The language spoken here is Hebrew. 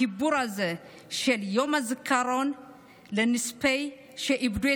החיבור הזה של יום הזיכרון לנספים שאיבדו